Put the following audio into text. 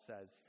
says